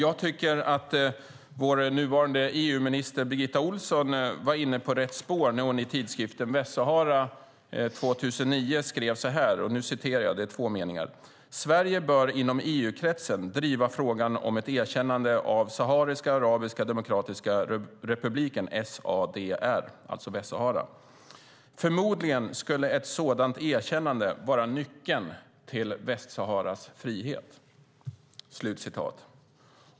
Jag tycker att vår nuvarande EU-minister Birgitta Ohlsson var inne på rätt spår när hon 2009 skrev i tidskriften Västsahara att Sverige bör driva frågan om ett erkännande av Sahariska arabiska demokratiska republiken, SADR, inom EU-kretsen. Det är alltså Västsahara. Hon skrev att ett sådant erkännande förmodligen skulle vara nyckeln till Västsaharas frihet.